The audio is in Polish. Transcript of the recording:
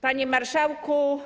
Panie Marszałku!